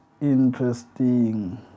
interesting